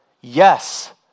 yes